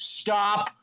Stop